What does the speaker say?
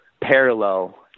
parallel